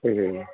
ଆଜ୍ଞା ଆଜ୍ଞା